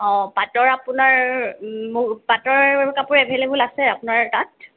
অঁ পাটৰ আপোনাৰ পাটৰ কাপোৰ এভেইলেবল আছে আপোনাৰ তাত